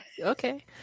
Okay